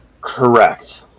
Correct